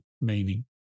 meaning